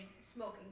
smoking